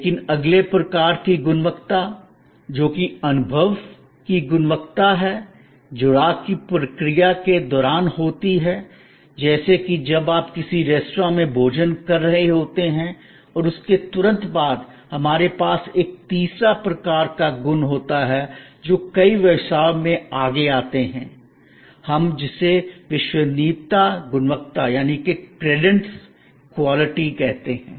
लेकिन अगले प्रकार की गुणवत्ता जो कि अनुभव की गुणवत्ता है जुड़ाव की प्रक्रिया के दौरान होती है जैसे कि जब आप किसी रेस्तरां में भोजन कर रहे होते हैं और उसके तुरंत बाद हमारे पास एक तीसरा प्रकार का गुण होता है जो कई व्यवसाय में आगे आते हैं हम जिसे विश्वसनीयता गुणवत्ता क्रेडेंस क्वालिटी credence quality कहते हैं